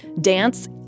dance